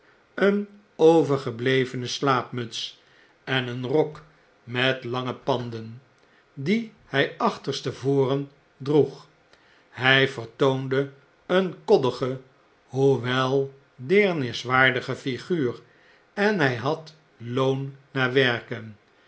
een overgeblevene slaapmuts en een rok met lange panden dien hi chterstevoren droeg hij vertoonde een koddige hoewel deerniswaardige figuur en hj had loon naar werken